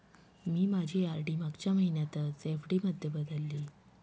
मी माझी आर.डी मागच्या महिन्यातच एफ.डी मध्ये बदलली